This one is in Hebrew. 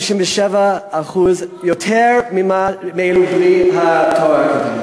157% יותר משכרם של אלה בלי התואר האקדמי.